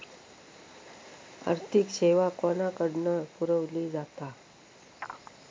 आर्थिक सेवा कोणाकडन पुरविली जाता?